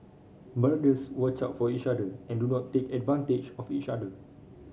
brothers watch out for each other and do not take advantage of each other